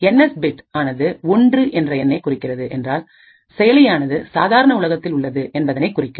என் S bit ஆனது ஒன்று என்ற எண்ணைக் குறிக்கிறது என்றால் செயலியானது சாதாரண உலகத்தில் உள்ளது என்பதை குறிக்கும்